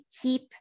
keep